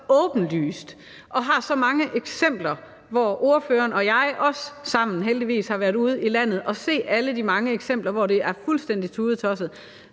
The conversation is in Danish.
åbenlyst og har så mange eksempler, hvor spørgeren og jeg sammen, heldigvis, har været ude i landet og set alle de mange eksempler, hvor det er fuldstændig tudetosset,